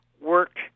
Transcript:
work